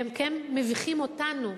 והם כן מביכים אותנו,